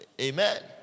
Amen